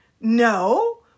No